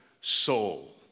soul